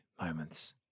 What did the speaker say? moments